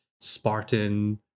Spartan